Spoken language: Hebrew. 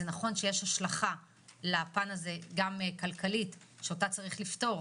זה נכון שיש לזה גם השלכה כלכלית שאותה צריך לפתור,